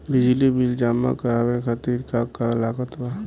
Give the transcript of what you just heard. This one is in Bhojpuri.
बिजली बिल जमा करावे खातिर का का लागत बा?